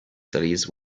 studies